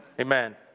Amen